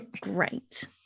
Great